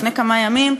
לפני כמה ימים,